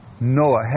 Noah